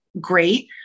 great